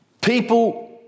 people